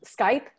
Skype